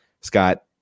Scott